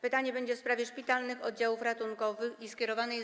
Pytanie będzie w sprawie szpitalnych oddziałów ratunkowych i skierowane jest.